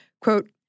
quote